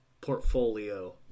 portfolio